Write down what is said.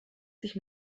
sich